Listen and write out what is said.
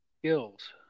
skills